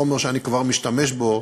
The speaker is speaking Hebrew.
חומר שאני כבר משתמש בו,